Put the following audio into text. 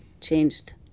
Changed